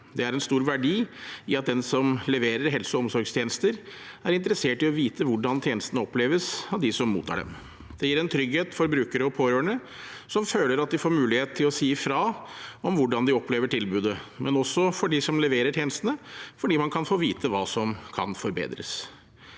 Det er en stor verdi i at den som leverer helse- og omsorgstjenester, er interessert i å vite hvordan tjenestene oppleves av dem som mottar dem. Det gir en trygghet for brukere og pårørende, som føler at de får mulighet til å si fra om hvordan de opplever tilbudet, men også for dem som leverer tjenestene, fordi en kan få vite hva som kan forbedres.